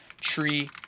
tree